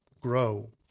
Grow